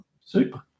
Super